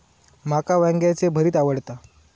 माका वांग्याचे भरीत आवडता